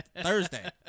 Thursday